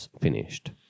finished